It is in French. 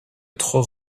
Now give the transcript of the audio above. trop